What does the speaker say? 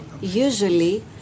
usually